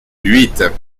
huit